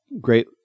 great